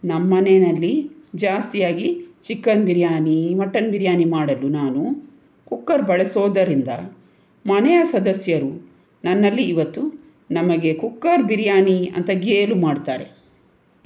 ನಮ್ಮನೆಯಲ್ಲಿ ಜಾಸ್ತಿಯಾಗಿ chicken biryani mutton biryani ಮಾಡಲು ನಾನು ಕುಕ್ಕರ್ ಬಳಸೋದರಿಂದ ಮನೆಯ ಸದಸ್ಯರು ನನ್ನಲ್ಲಿ ಇವತ್ತು ನಮಗೆ ಕುಕ್ಕರ್ ಬಿರಿಯಾನಿ ಅಂತ ಗೇಲಿ ಮಾಡ್ತಾರೆ